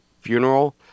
funeral